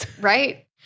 Right